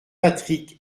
patrick